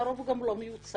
לרוב הוא גם לא מיוצג.